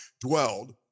dwelled